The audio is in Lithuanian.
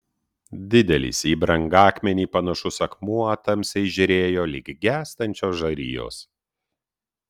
didelis į brangakmenį panašus akmuo tamsiai žėrėjo lyg gęstančios žarijos